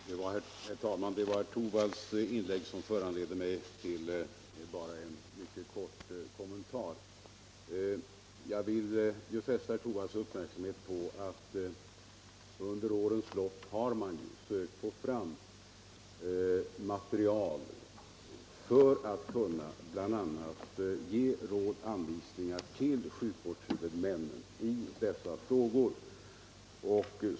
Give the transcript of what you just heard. Om sysselsättnings Herr talman! Herr Torwalds inlägg föranleder mig att göra en mycket = läget i sydöstra kort kommentar. Skåne Jag vill fästa herr Torwalds uppmärksamhet på att man under årens lopp har sökt få fram material för att kunna bl.a. ge råd och anvisningar till sjukvårdshuvudmännen i dessa frågor.